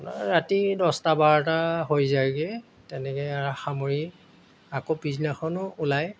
আপোনাৰ ৰাতি দছটা বাৰটা হৈ যায়গৈ তেনেকৈ সামৰি আকৌ পিছ দিনাখনো ওলায়